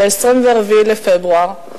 ב-24 בפברואר,